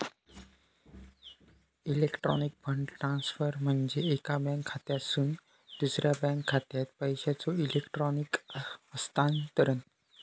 electronic fund transfer म्हणजे एका bank खात्यातसून दुसरा बँक खात्यात पैशांचो इलेक्ट्रॉनिक हस्तांतरण